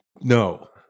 No